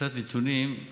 קצת נתונים,